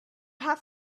have